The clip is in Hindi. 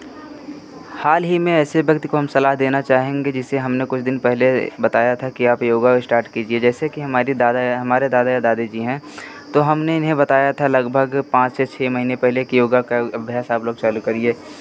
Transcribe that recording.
हाल ही में ऐसे व्यक्ति को हम सलाह देना चाहेंगे जिसे हमने कुछ दिन पहले बताया था कि आप योगा स्टार्ट कीजिए जैसे कि हमारे दादा या हमारे दादा या दादी जी हैं तो हमने इन्हें बताया था लगभग पाँच या छह महिने पहले कि योग का अभ्यास आप लोग चालू करिए